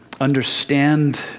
understand